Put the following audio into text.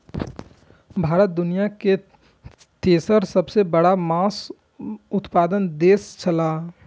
भारत दुनिया के तेसर सबसे बड़ा माछ उत्पादक देश छला